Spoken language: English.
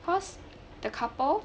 because the couple